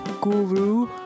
Guru